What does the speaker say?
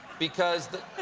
because